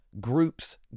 groups